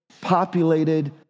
populated